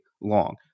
long